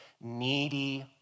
needy